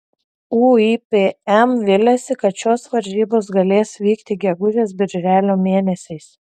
uipm viliasi kad šios varžybos galės vykti gegužės birželio mėnesiais